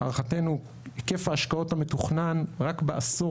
להערכתנו היקף ההשקעות המתוכנן רק בעשור